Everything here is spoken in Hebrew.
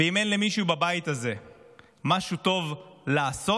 ואם אין למישהו בבית הזה משהו טוב לעשות,